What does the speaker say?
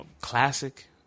Classic